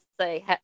say